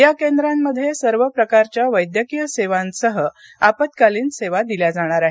या केंद्रांमध्ये सर्व प्रकारच्या वैद्यकीय सेवांसह आपत्कालीन सेवा दिल्या जाणार आहेत